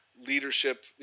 leadership